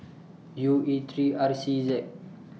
U E three R C Z